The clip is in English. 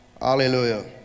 Hallelujah